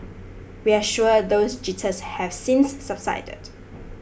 we're sure those jitters have since subsided